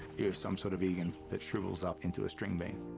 you're some sort of vegan that shrivels up into a string bean.